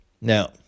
Now